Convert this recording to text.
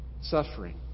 suffering